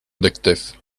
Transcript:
addictive